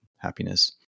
Happiness